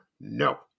no